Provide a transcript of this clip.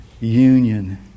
union